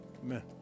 Amen